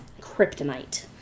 kryptonite